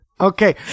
Okay